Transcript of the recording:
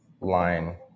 line